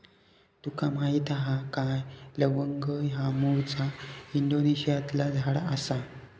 तुका माहीत हा काय लवंग ह्या मूळचा इंडोनेशियातला झाड आसा